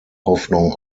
hoffnung